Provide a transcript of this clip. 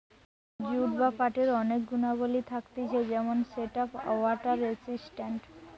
jute বা পাটের অনেক গুণাবলী থাকতিছে যেমন সেটা ওয়াটার রেসিস্টেন্ট